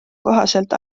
kohaselt